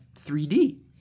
3D